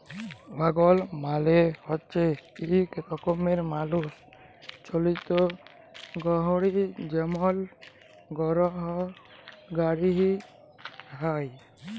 ওয়াগল মালে হচ্যে ইক রকমের মালুষ চালিত গাড়হি যেমল গরহুর গাড়হি হয়